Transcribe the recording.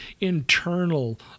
internal